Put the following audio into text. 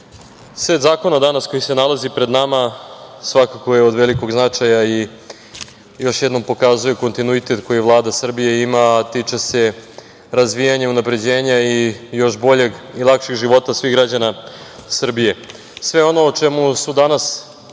set zakona danas koji se nalazi pred nama svakako je od velikog značaja i još jednom pokazuje kontinuitet koji Vlada Srbije ima, a tiče se razvijanja i unapređenja i još boljeg i lakšeg života svih građana Srbije. Sve ono o čemu su danas